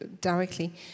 directly